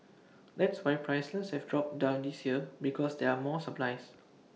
that's why prices have dropped this year because there are more supplies